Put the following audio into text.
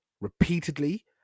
repeatedly